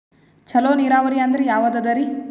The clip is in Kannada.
ಚಲೋ ನೀರಾವರಿ ಅಂದ್ರ ಯಾವದದರಿ?